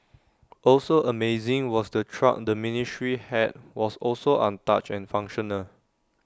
also amazing was the truck the ministry had was also untouched and functional